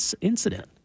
incident